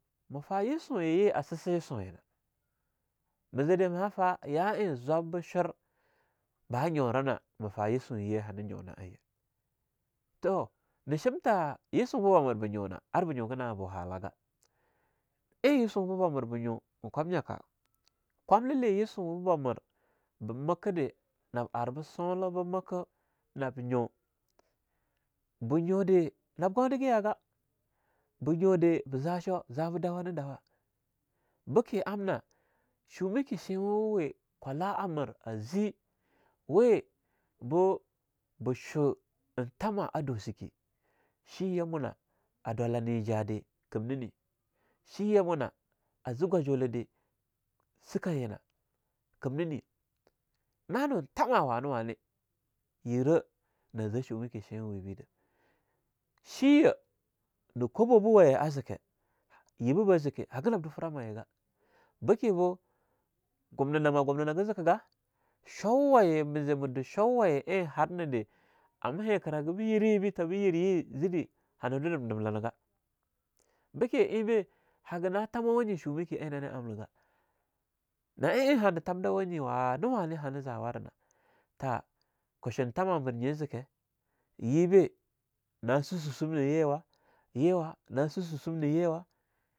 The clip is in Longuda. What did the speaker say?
Ma fa yisuya ye a sisi yisuyina, ma zede ma faya ein zwab ba shur ba nyura na ma fa yisuyi ya hana nyu na aye, toh nah shimta yisuba ba mir ba nyunah ar ba nyu gah na abu hallahgah. ein yisuba mir ba nyu ein kwamnyaka kwamla li yisuba mir ba makade nab ar be sunlah be makah nab nyo, bah nyude nab gondigah yagah, bah nyude ba za sho zaba dawa na dawa, bike amna shumaki sheinwanwe kwalla'a mir a ze, we bu bah shun tama a dosike shiya muna a dwala nija'a de kimnine, shi ya muna aze gwajole de sika yinah kimnene, na nu tamah wane-wane, yirah na ze shumaki sheinwebida. Shiyah na kwaboba waye a zeke, yibabah zeke hagah nab du frahma yi ga beke bo gumninama gumnagah zikega, shouwayi ma ze ma du showayida ein har na deh am hikirah be yira yibi tabe yir yi zide hana du dimdimlinaga beke einbe, haga na tamawa nyi shumaki ein nane amna ga. Na'a ein hanah tamdawa nyi wane-wane hanah zawarina ta ke shuntama mirnyea zeke, yebah na su susum nah yewah, yewah nah su susma nah yiwah.